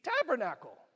tabernacle